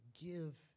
give